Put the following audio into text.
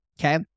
Okay